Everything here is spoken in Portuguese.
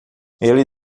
ele